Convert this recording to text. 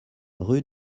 rue